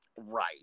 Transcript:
Right